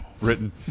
written